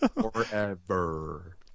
Forever